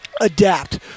adapt